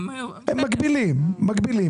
הם מגבילים, הם מגבילים.